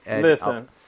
Listen